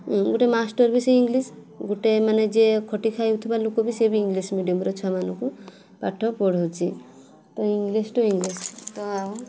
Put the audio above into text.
ଗୋଟେ ମାଷ୍ଟର୍ ବି ସେଇ ଇଂଲିସ୍ ଗୋଟେ ମାନେ ଯିଏ ଖଟି ଖାଉଥିବା ଲୋକ ବି ସେ ବି ଇଂଲିସ୍ ମିଡ଼ିୟମ୍ରେ ଛୁଆମାନଙ୍କୁ ପାଠ ପଢ଼ଉଛି ତ ଇଂଲିସ୍ ଟୁ ଇଂଲିସ୍